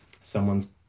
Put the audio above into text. someone's